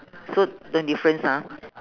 so no difference ah